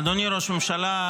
אדוני ראש הממשלה,